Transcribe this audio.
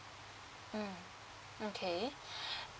mm okay